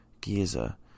Giza